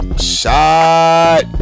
Shot